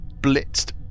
blitzed